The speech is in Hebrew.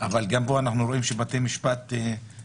אבל גם פה אנחנו רואים שבתי המשפט הפנימו